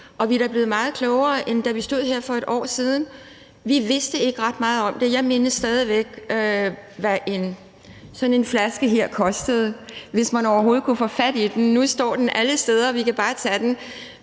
vi er da blevet meget klogere, end da vi stod her for et år siden. Vi vidste ikke ret meget om det. Jeg mindes stadig væk, hvad en flaske håndsprit kostede, hvis man overhovedet kunne få fat i den. Nu står de alle steder, og vi kan bare bruge af